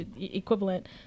equivalent